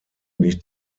nicht